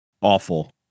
Awful